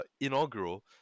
inaugural